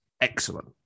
excellent